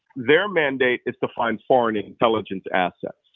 their mandate is to find foreign intelligence assets.